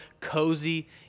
cozy